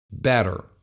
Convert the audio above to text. better